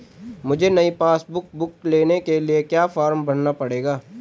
मुझे नयी passbook book लेने के लिए क्या फार्म भरना पड़ेगा?